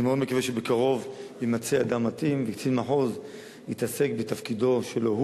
אני מאוד מקווה שבקרוב יימצא אדם מתאים וקצין מחוז יתעסק בתפקידו שלו.